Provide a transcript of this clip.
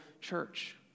church